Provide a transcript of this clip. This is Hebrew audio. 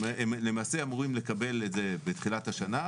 הם למעשה אמורים לקבל את זה בתחילת השנה,